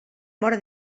móra